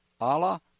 Allah